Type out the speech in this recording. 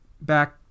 back